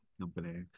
company